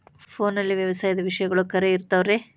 ಫೋನಲ್ಲಿ ವ್ಯವಸಾಯದ ವಿಷಯಗಳು ಖರೇ ಇರತಾವ್ ರೇ?